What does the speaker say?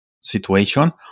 situation